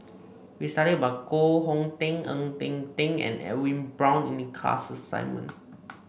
we studied about Koh Hong Teng Ng Eng Teng and Edwin Brown in the class assignment